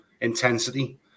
intensity